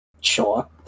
Sure